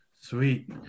Sweet